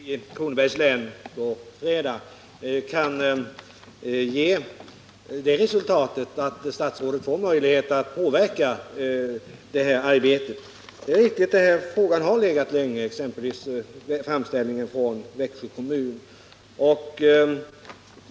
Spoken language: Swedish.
Om SJ:s trafikom Herr talman! Jag hoppas att statsrådets besök på fredag i Kronobergs län råde med huvud skall ge det resultatet att statsrådet får möjlighet att påverka detta arbete. orten Ånge Det är riktigt att denna fråga aktualiserades för länge sedan, exempelvis i framställningen från Växjö kommun.